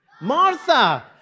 Martha